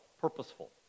purposeful